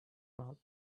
mouth